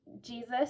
Jesus